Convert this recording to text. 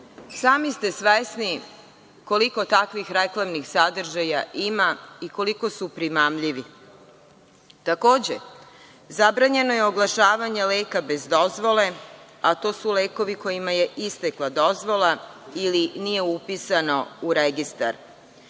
ste svesni koliko takvih reklamnih sadržaja ima i koliko su primamljivi. Takođe, zabranjeno je oglašavanje leka bez dozvole, a to su lekovi kojima je istekla dozvola ili nije upisano u registar.